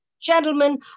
gentlemen